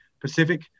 Pacific